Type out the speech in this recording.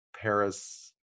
Paris